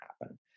happen